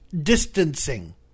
distancing